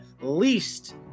least